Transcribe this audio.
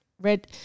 red